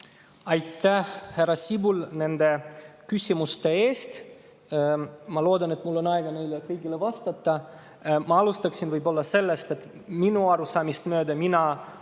Aitäh, härra Sibul, nende küsimuste eest! Ma loodan, et mul on aega neile kõigile vastata. Ma alustaksin sellest, et minu arusaamist mööda mina oma